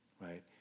right